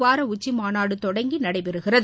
வார உச்சிமாநாடு தொடங்கி நடைபெறுகிறது